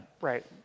Right